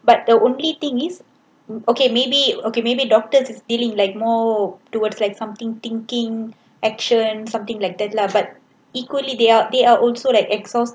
but the only thing is okay maybe okay maybe doctor is dealing like more towards like something thinking action something like that lah but equally they are they are also like exhaust